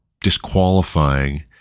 disqualifying